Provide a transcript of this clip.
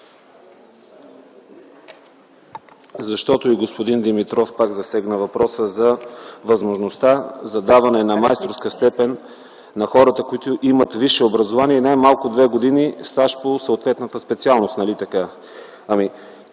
Защото и господин Димитров пак засегна въпроса за възможността за даване на майсторска степен на хората, които имат висше образование и най-малко две години стаж по съответната специалност,